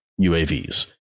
UAVs